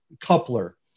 coupler